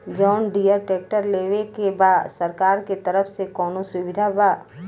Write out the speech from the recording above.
John Deere tractor लेवे के बा सरकार के तरफ से कौनो सुविधा बा?